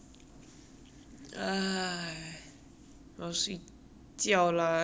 我要睡觉 lah 礼拜六礼拜 apply simi lah